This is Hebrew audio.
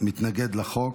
מתנגד לחוק.